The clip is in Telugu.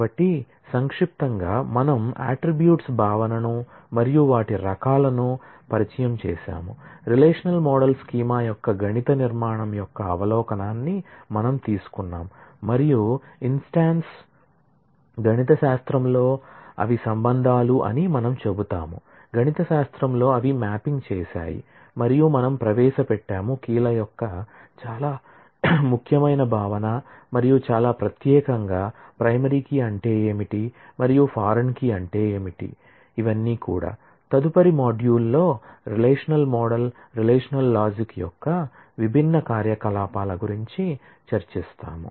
కాబట్టి సంక్షిప్తంగా మనం అట్ట్రిబ్యూట్స్ యొక్క విభిన్న కార్యకలాపాల గురించి చర్చిస్తాము